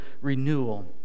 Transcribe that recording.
renewal